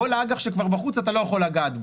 בכל האג"ח שבחוץ אני לא יכול לגעת.